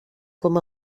com